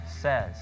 says